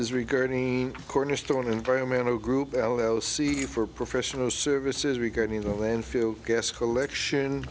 is regarding cornerstone environmental group c for professional services regarding the landfill gas collection